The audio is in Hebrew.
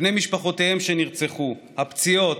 בני משפחותיהם שנרצחו, הפציעות,